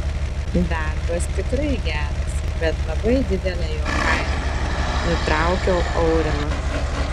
darbas tikrai geras bet labai didelė jo kaina nutraukiau aurimą